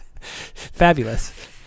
Fabulous